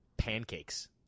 pancakes